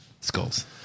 Skulls